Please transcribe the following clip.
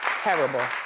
terrible.